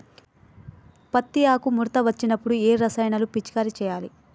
పత్తి ఆకు ముడత వచ్చినప్పుడు ఏ రసాయనాలు పిచికారీ చేయాలి?